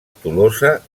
tolosa